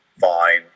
fine